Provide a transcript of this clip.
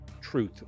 truth